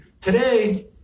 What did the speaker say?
today